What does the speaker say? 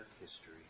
history